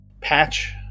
patch